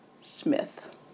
Smith